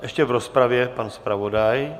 Ještě v rozpravě pan zpravodaj.